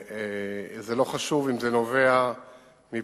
זה לא חשוב אם זה נובע מפרוצדורה,